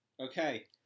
Okay